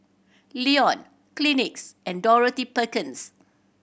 Lion Kleenex and Dorothy Perkins